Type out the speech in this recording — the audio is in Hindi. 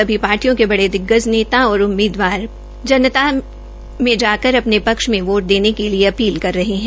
सभी पार्टियों के बड़े दिग्गज नेता और उम्मीदवार जनता के बीच जाकर कर अपने पक्ष मे वोट देने के लिए अपील कर रहे है